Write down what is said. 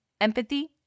empathy